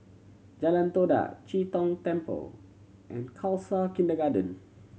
Jalan Todak Chee Tong Temple and Khalsa Kindergarten